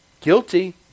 Guilty